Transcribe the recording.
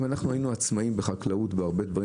אם אנחנו היינו עצמאים בחקלאות בהרבה דברים,